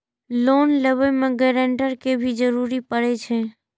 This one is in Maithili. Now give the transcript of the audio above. लोन लेबे में ग्रांटर के भी जरूरी परे छै?